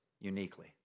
uniquely